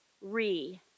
re